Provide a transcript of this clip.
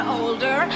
older